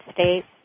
States